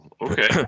Okay